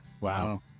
Wow